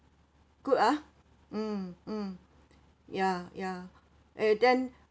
good ah mm mm ya ya and then